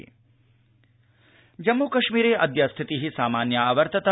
जम्मुकश्मीरमुस्थिति जम्मूकश्मीरे अद्य स्थिति सामान्या अवर्तत